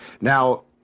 Now